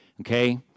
Okay